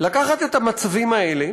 לקחת את המצבים האלה